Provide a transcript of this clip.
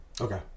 okay